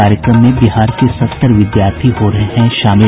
कार्यक्रम में बिहार के सत्तर विद्यार्थी हो रहे हैं शामिल